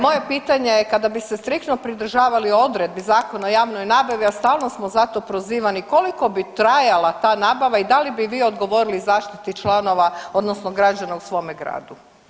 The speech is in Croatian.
Moje pitanje je kada bi se striktno pridržavali odredbi Zakona o javnoj nabavi, a stalno smo za to prozivani koliko bi trajala ta nabava i da li bi vi odgovorili zaštiti članove odnosno građana u svome gradu?